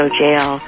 jail